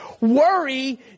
Worry